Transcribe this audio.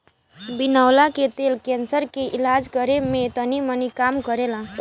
बिनौला के तेल कैंसर के इलाज करे में तनीमनी काम करेला